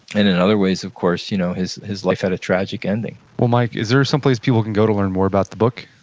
and in other ways, of course, you know his his life had a tragic ending well, mike, is there someplace people can go to learn more about the book?